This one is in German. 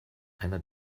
einer